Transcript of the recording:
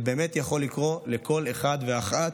זה באמת יכול לקרות לכל אחד ואחת.